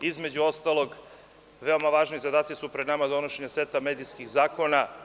Između ostalog veoma važni zadaci su pred nama kao što su donošenje seta medijskih zakona.